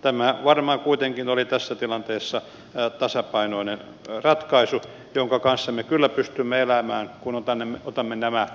tämä varmaan kuitenkin oli tässä tilanteessa tasapainoinen ratkaisu jonka kanssa me kyllä pystymme elämään kun otamme nämä